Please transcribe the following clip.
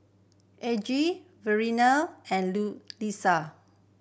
Elgie Verlene and Liza